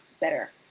better